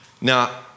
Now